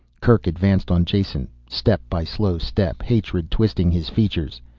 kerk advanced on jason, step by slow step, hatred twisting his features.